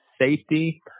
safety